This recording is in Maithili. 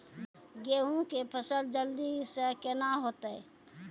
गेहूँ के फसल जल्दी से के ना होते?